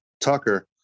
Tucker